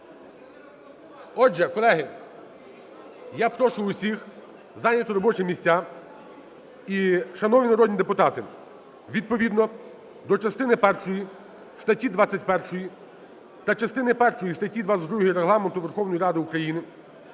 Отже, колеги, я прошу усіх зайняти робочі місця. І, шановні народні депутати, відповідно до частини першої статті 21 та частини першої статті 22 Регламенту Верховної Ради України